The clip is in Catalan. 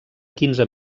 quinze